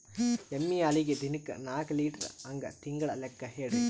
ಎಮ್ಮಿ ಹಾಲಿಗಿ ದಿನಕ್ಕ ನಾಕ ಲೀಟರ್ ಹಂಗ ತಿಂಗಳ ಲೆಕ್ಕ ಹೇಳ್ರಿ?